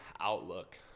outlook